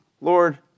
Lord